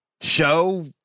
show